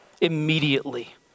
immediately